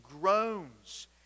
groans